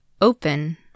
open